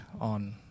on